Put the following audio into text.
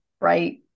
right